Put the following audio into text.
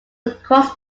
across